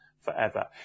forever